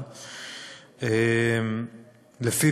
אדוני